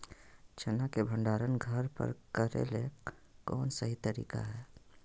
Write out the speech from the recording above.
चना के भंडारण घर पर करेले कौन सही तरीका है?